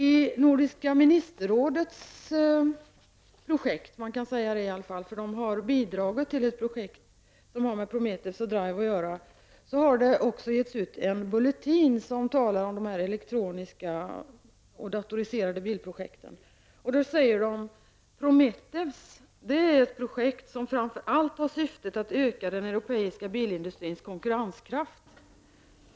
I samband med Nordiska ministerrådets projekt — man kan i alla fall kalla det så, eftersom det har bidragit till ett projekt som har med Prometheus och Drive att göra — har det getts ut en bulletin som talar om de elektroniska och de datoriserde bilprojekten. Det sägs där att Prometheus är ett projekt som framför allt har till syfte att öka den europeiska bilindustrins konkurrenskraft.